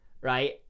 right